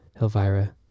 Hilvira